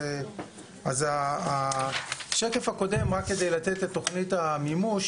אז השקף הקודם רק כדי לתת את תוכנית המימוש,